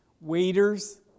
waiters